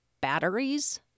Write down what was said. batteries